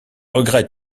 regrette